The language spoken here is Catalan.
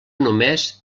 només